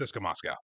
Moscow